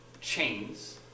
chains